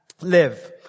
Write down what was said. live